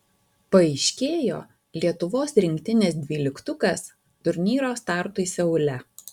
paaiškėjo lietuvos rinktinės dvyliktukas turnyro startui seule